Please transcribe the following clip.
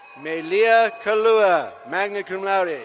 melia kalua, magna cum laude.